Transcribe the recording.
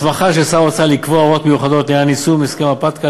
הסמכה של שר האוצר לקבוע הוראות מיוחדות לעניין יישום הסכם FATCA,